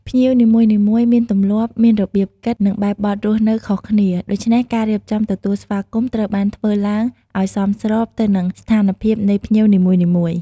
ភ្ញៀវនីមួយៗមានទម្លាប់ មានរបៀបគិត និងបែបបទរស់នៅខុសគ្នា ដូច្នេះការរៀបចំទទួលស្វាគមន៍ត្រូវបានធ្វើឡើងឱ្យសមស្របទៅនឹងស្ថានភាពនៃភ្ញៀវនីមួយៗ។